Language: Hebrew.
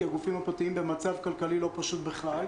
כי הגופים הפרטיים במצב כלכלי לא פשוט בכלל.